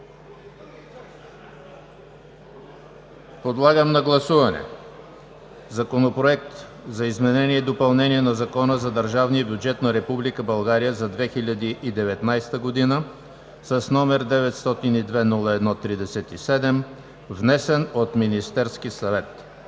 Подлагам на гласуване Законопроект за изменение и допълнение на Закона за държавния бюджет на Република България за 2019 г., № 902-01-37, внесен от Министерския съвет.